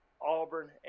Auburn